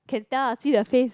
can tell ah see the face